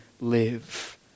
live